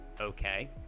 okay